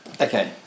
Okay